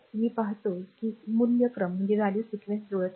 मी पाहतो की मूल्य क्रम जुळत आहे